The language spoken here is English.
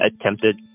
attempted